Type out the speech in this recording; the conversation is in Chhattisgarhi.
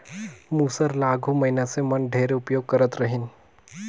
मूसर ल आघु मइनसे मन ढेरे उपियोग करत रहिन